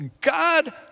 God